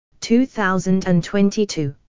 2022